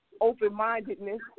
open-mindedness